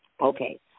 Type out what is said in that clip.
Okay